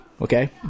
okay